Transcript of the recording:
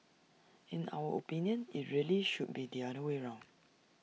in our opinion IT really should be the other way round